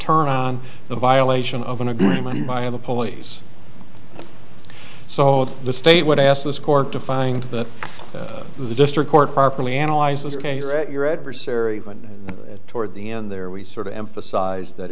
turn on the violation of an agreement by the police so the state would ask this court to find that the district court properly analyze this case or at your adversary when toward the end there we sort of emphasize that